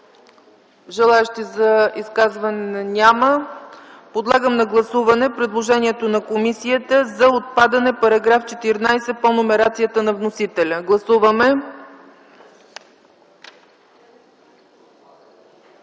Желаещи за изказвания? Няма. Подлагам на гласуване предложението на комисията за отпадане на § 14 по номерацията на вносителя. Гласували